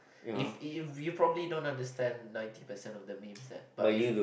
if if you probably don't understand ninety percent of the memes there but if